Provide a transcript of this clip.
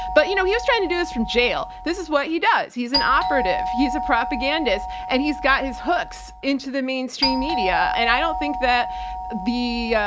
but, you know, he was trying to do this from jail. this is what he does. he's an operative. he's a propagandist, and he's got his hooks into the mainstream media. and i don't think that the,